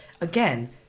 again